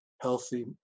healthy